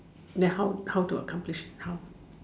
then how how to accomplish how